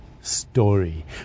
story